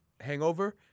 hangover